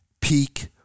Peak